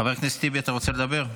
חבר הכנסת טיבי, אתה רוצה לדבר?